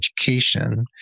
education